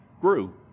grew